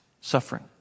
suffering